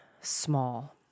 small